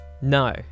No